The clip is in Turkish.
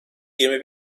yirmi